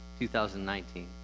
2019